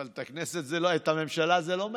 אבל את הממשלה זה לא מעניין.